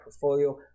portfolio